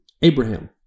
Abraham